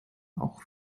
auch